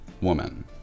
woman